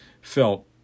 felt